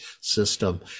System